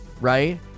right